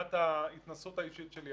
מבחינת ההתנסות האישית שלי.